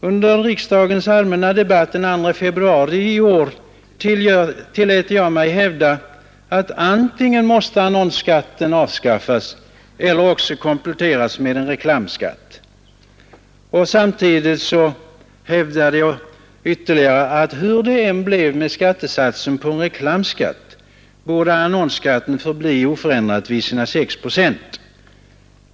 Under riksdagens allmänpolitiska debatt den 2 februari i år tillät jag mig hävda att antingen måste annonsskatten avskaffas eller också kompletteras med en reklamskatt. Samtidigt hävdade jag att hur det än blev med skattesatsen på reklam, borde annonsskatten förbli oförändrad vid sina 6 procent.